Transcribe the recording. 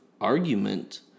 argument